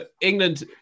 England